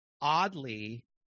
oddly